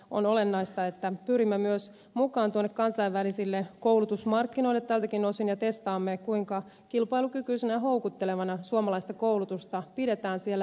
on olennaista että pyrimme myös mukaan tuonne kansainvälisille koulutusmarkkinoille tältäkin osin ja testaamme kuinka kilpailukykyisenä ja houkuttelevana suomalaista koulutusta pidetään siellä